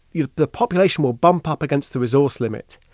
you know the population will bump up against the resource limit.